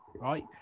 right